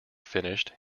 finished